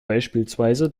beispielsweise